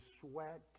sweat